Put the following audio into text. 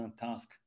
task